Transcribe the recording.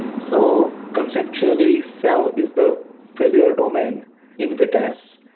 so conceptually, cell is the failure domain in vitess,